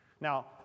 Now